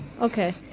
Okay